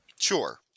Sure